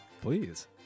Please